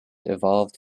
evolved